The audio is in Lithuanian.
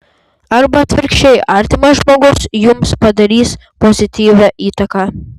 arba atvirkščiai artimas žmogus jums padarys pozityvią įtaką